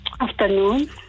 Afternoon